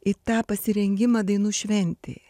į tą pasirengimą dainų šventei